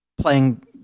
playing